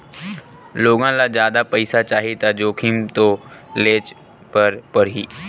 लोगन ल जादा पइसा चाही त जोखिम तो लेयेच बर परही